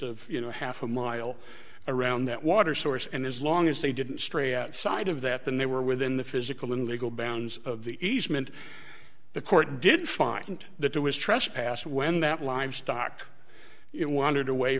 of you know half a mile around that water source and as long as they didn't stray outside of that then they were within the physical and legal bounds of the easement the court did find that there was trespass when that livestock it wandered away